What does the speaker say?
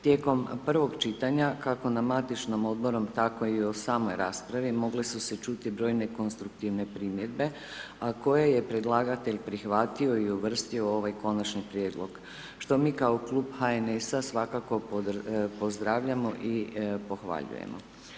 Tijekom prvog čitanja, kako na matičnom odborom tako i u samoj raspravi mogle su se čuti brojne konstruktivne primjedbe, a koje je predlagatelj prihvatio i uvrstio u ovaj konačni prijedlog, što mi kao Klub HNS-a svakako pozdravljamo i pohvaljujemo.